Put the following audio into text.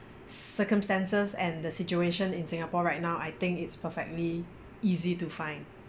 circumstances and the situation in singapore right now I think it's perfectly easy to find